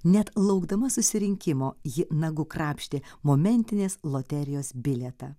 net laukdama susirinkimo ji nagu krapštė momentinės loterijos bilietą